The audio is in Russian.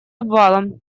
обвалом